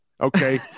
Okay